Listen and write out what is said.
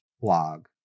blog